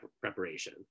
preparation